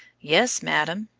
yes, madam,